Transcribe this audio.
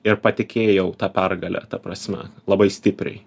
ir patikėjau ta pergale ta prasme labai stipriai